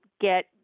get